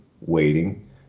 waiting